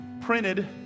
printed